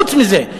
חוץ מזה,